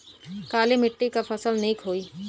काली मिट्टी क फसल नीक होई?